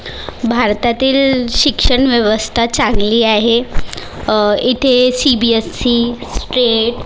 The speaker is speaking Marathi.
भारतातील शिक्षण व्यवस्था चांगली आहे इथे C B S E state